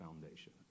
foundation